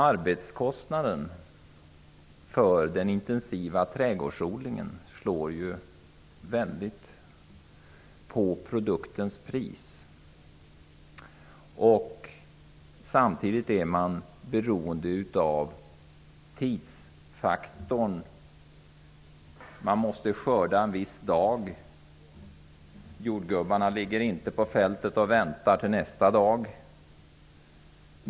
Arbetskostnaderna för den intensiva trädgårdsodlingen slår hårt på produktens pris. Samtidigt är man beroende av tidsfaktorn. Man måste skörda en viss dag. Jordgubbar kan inte vänta på fälten till nästa dag.